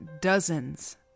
dozens